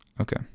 Okay